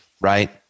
Right